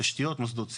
תשתיות, מוסדות ציבור.